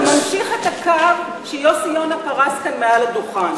אתה ממשיך את הקו שיוסי יונה פרס כאן מעל הדוכן.